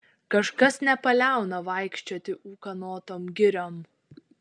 kažkas nepaliauna vaikščioti ūkanotom giriom